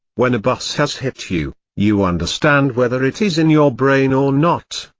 when a bus has hit you, you understand whether it is in your brain or not,